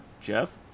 Jeff